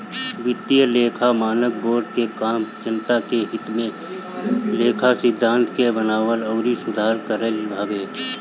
वित्तीय लेखा मानक बोर्ड के काम जनता के हित में लेखा सिद्धांत के बनावल अउरी सुधार कईल हवे